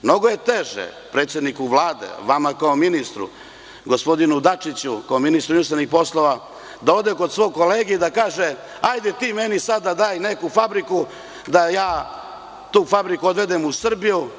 Mnogo je teže predsedniku Vlade, vama kao ministru, gospodinu Dačiću kao ministru inostranih poslova da ode kod svog kolege i da kaže – hajde ti meni sada daj neku fabriku da ja tu fabriku odvedem u Srbiju.